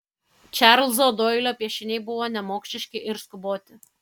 čarlzo doilio piešiniai buvo nemokšiški ir skuboti